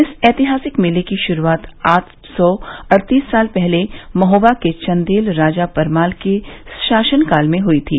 इस ऐतिहासिक मेले की शुरूआत आठ सौ अड़तीस साल पहले महोबा के चन्देल राजा परमाल के शासनकाल में हई थी